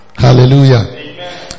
Hallelujah